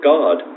God